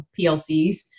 PLCs